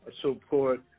support